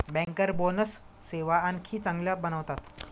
banker bonus सेवा आणखी चांगल्या बनवतात